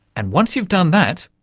and once you've done that.